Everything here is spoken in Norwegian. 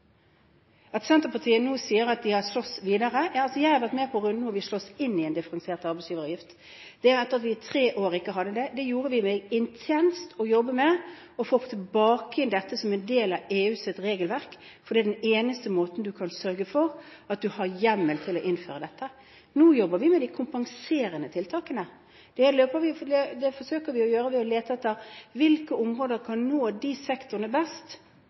Senterpartiet sier nå at de har slåss videre. Jeg har vært med på runder hvor vi sloss inn igjen differensiert arbeidsgiveravgift – etter at vi i tre år ikke hadde det. Det gjorde vi ved intenst å jobbe med å få tilbake igjen dette som en del av EUs regelverk, for det er den eneste måten for å sørge for at du har hjemmel for å innføre dette. Nå jobber vi med de kompenserende tiltakene. Det forsøker vi å gjøre ved å lete etter hvilke områder som kan nå de sektorene best